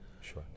Sure